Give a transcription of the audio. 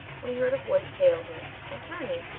when he heard a voice hail him and turning,